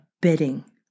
bidding